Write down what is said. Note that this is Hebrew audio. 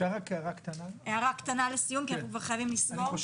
את שאלת שאלות ענקיות.